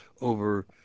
over